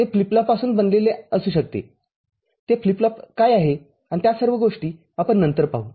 ते flip flop पासून बनलेले असू शकते ते फ्लिप फ्लॉप काय आहे आणि त्या सर्व गोष्टी आपण नंतर पाहू